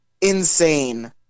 insane